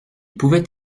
pouvait